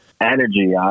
Energy